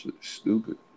stupid